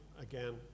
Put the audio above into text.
again